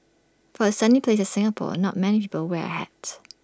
for A sunny place Singapore not many people wear hat